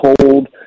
cold